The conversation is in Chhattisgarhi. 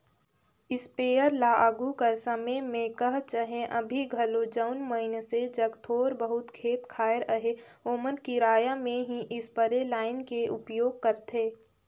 इस्पेयर ल आघु कर समे में कह चहे अभीं घलो जउन मइनसे जग थोर बहुत खेत खाएर अहे ओमन किराया में ही इस्परे लाएन के उपयोग करथे